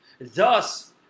Thus